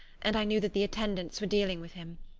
and i knew that the attendants were dealing with him.